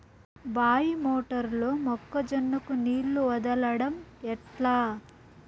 బాయి మోటారు లో మొక్క జొన్నకు నీళ్లు వదలడం ఎట్లా?